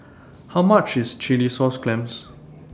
How much IS Chilli Sauce Clams